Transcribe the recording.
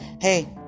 hey